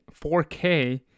4k